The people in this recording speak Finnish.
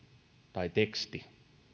tai teksti